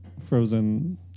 frozen